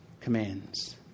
commands